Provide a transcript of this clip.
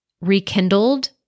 rekindled